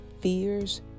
fears